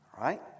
right